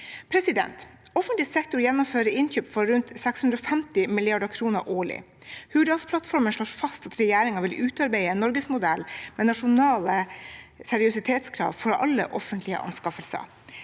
Offentlig sektor gjennomfører innkjøp for rundt 650 mrd. kr årlig. Hurdalsplattformen slår fast at regjeringen vil «utarbeide en Norgesmodell med nasjonale seriøsitetskrav for alle offentlige anskaffelser».